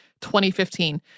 2015